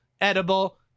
edible